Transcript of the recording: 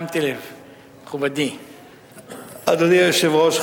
אדוני היושב-ראש,